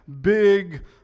big